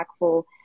impactful